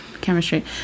chemistry